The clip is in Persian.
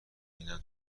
ببینیم